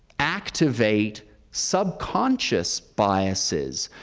activate subconscious biases,